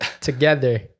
Together